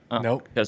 Nope